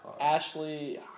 ashley